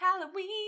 Halloween